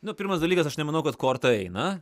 nu pirmas dalykas aš nemanau kad korta eina